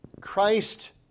Christ